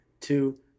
two